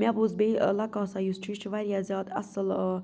مےٚ بُوز بیٚیہِ لَکاسا یُس چھِ یہِ چھِ واریاہ زِیادٕ اَصٕل ٲں